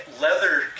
leather